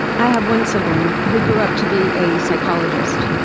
i have one sibling. who grew up to be a psychologist.